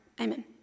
Amen